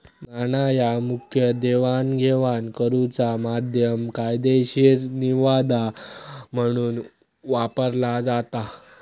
नाणा ह्या मुखतः देवाणघेवाण करुचा माध्यम, कायदेशीर निविदा म्हणून वापरला जाता